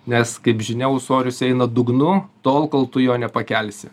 nes kaip žinia ūsorius eina dugnu tol kol tu jo nepakelsi